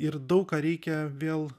ir daug ką reikia vėl